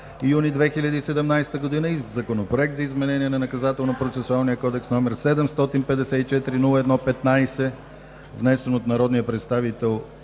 юни 2017 г.; и Законопроект за изменение на Наказателно процесуалния кодекс, № 754-01-15, внесен от народния представител